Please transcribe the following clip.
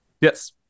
Yes